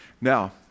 Now